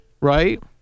Right